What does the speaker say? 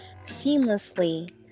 seamlessly